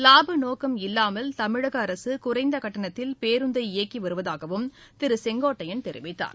லாப நோக்கம் இல்லாமல் தமிழக அரசு குறைந்த கட்டணத்தில் பேருந்தை இயக்கி வருவதாகவும் திரு செங்கோட்டையன் தெரிவித்தார்